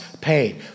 paid